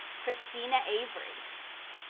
christina avery,